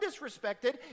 disrespected